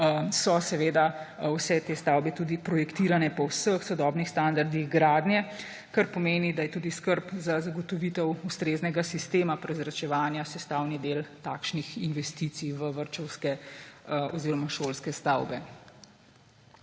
so seveda vse te stavbe tudi projektirane po vseh sodobnih standardih gradnje, kar pomeni, da je tudi skrb za zagotovitev ustreznega sistema prezračevanja sestavni del takšnih investicij v vrtčevske oziroma šolske stavbe.